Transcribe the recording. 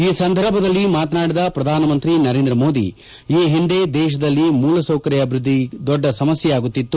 ಈ ಸಂದರ್ಭದಲ್ಲಿ ಮಾತನಾಡಿದ ಪ್ರಧಾನಮಂತ್ರಿ ನರೇಂದ್ರ ಮೋದಿ ಈ ಹಿಂದೆ ದೇಶದಲ್ಲಿ ಮೂಲಸೌಕರ್ಯ ಅಭಿವ್ಬದ್ದಿ ದೊಡ್ಡ ಸಮಸ್ಯೆಯಾಗುತ್ತಿತ್ತು